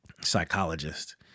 psychologist